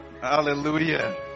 hallelujah